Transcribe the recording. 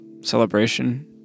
celebration